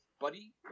buddy